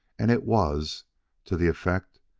and it was to the effect,